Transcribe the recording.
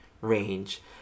range